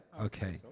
Okay